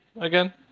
again